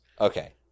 Okay